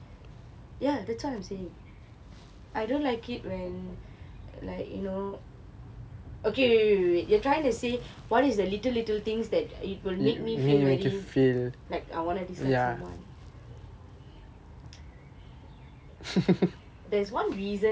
yeah that's what I'm saying I don't like it when like you know okay wait wait wait wait wait you are trying to say what is the little little things that it will make me feel very like I want to dislike someone